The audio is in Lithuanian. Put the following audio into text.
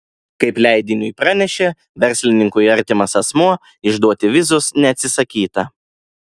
kaip leidiniui pranešė verslininkui artimas asmuo išduoti vizos neatsisakyta